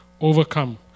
overcome